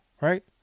right